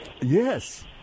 Yes